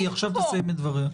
היא עכשיו תסיים את דבריה.